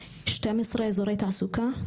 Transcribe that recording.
אמורים לקום 12 אזורי תעסוקה.